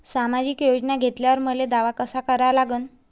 सामाजिक योजना घेतल्यावर मले दावा कसा करा लागन?